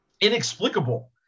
Inexplicable